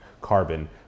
carbon